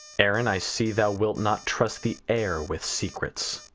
aaron, i see thou wilt not trust the air with secrets.